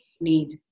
need